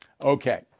Okay